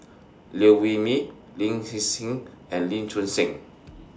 Liew Wee Mee Lin Hsin Hsin and Lee Choon Seng